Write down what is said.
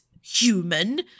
human